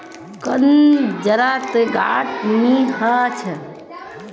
कंद जड़त गांठ नी ह छ